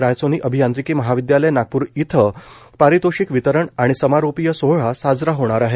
रायसोनी अभियांत्रिकी महाविद्यालय नागपूर इथं पारितोषिक वितरण आणि समारोपीय सोहळा होणार आहे